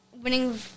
Winning